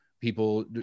People